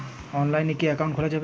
অনলাইনে কি অ্যাকাউন্ট খোলা যাবে?